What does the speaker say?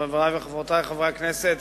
חברי וחברותי חברי הכנסת,